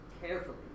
carefully